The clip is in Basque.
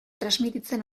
transmititzen